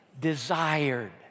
desired